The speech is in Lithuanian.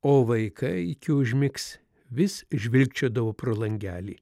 o vaikai iki užmigs vis žvilgčiodavo pro langelį